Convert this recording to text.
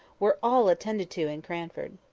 were all attended to in cranford.